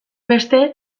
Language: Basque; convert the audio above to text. beste